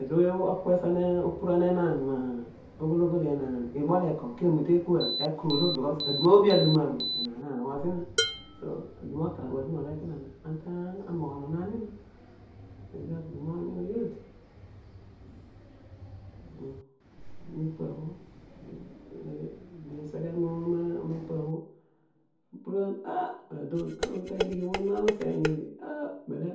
Ezo ouy olo, kueston me enaan ma, oghal, oghol ibol eko ke emute kua olo bcos aduma oobi aduma bho enaan na nogho zina, so, aduma okanabh aduma, anc ta moghani akparam pezo aghudum oony ooy odi omo ipa bhu, odi ageghe pripabho, upuruan. aa adon ana lugha ta dighi bho an nghi bho ana luteeny eghe bele